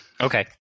Okay